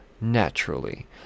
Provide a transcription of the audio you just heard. naturally